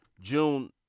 June